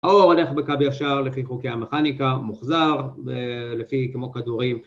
האור הלך בקו ישר לחיכוך המכניקה, מוחזר לפי כמו כדורים